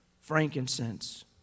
frankincense